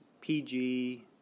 PG